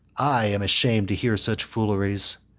i am asham'd hear such fooleries.